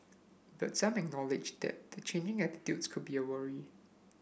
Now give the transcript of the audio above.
but some acknowledged that the changing attitudes could be a worry